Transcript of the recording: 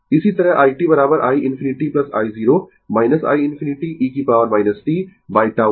Refer Slide Time 2801 इसी तरह i t i ∞ i 0 i ∞ e की पॉवर t बाय tau